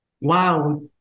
Wow